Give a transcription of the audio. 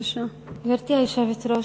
גברתי היושבת-ראש,